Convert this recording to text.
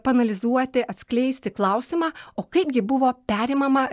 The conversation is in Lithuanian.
paanalizuoti atskleisti klausimą o kaipgi buvo perimama